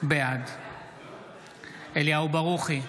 בעד אליהו ברוכי,